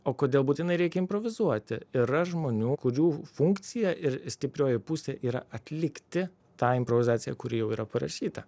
o kodėl būtinai reikia improvizuoti yra žmonių kurių funkcija ir stiprioji pusė yra atlikti tą improvizaciją kuri jau yra parašyta